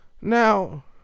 Now